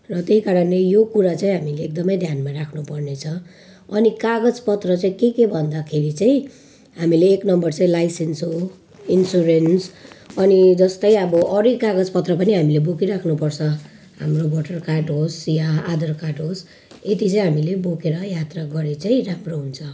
र त्यही कारणले यो कुरा चाहिँ हामीले एकदमै ध्यानमा राख्नुपर्नेछ अनि कागजपत्र चाहिँ के के भन्दाखेरि चैँ हामीले एक नम्बर चाहिँ लाइसेन्स हो इन्सुरेन्स अनि जस्तै अब अरू नै कागजपत्र पनि हामीले बोकी राख्नुपर्छ हाम्रो भोटर कार्ड होस् या आधार कार्ड होस् यति चाहिँ हामीले बोकेर यात्रा गरे चाहिँ राम्रो हुन्छ